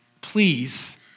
please